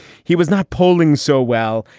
he was not polling so well.